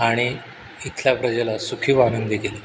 आणि इथल्या प्रजेला सुखी व आनंदी केलं